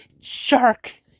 shark